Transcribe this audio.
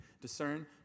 Discern